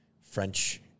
French